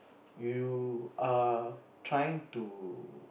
you are trying to